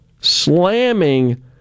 slamming